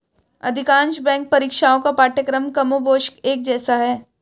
अधिकांश बैंक परीक्षाओं का पाठ्यक्रम कमोबेश एक जैसा है